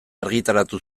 argitaratu